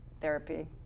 therapy